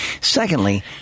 Secondly